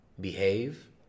behave